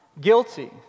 guilty